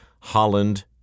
Holland